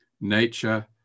nature